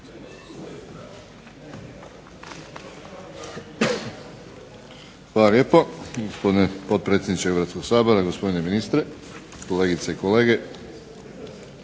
Hvala lijepo, gospodine potpredsjedniče Hrvatskoga sabora, gospodine ministre, kolegice i kolege.